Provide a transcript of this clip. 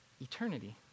eternity